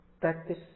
practice